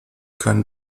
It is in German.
kann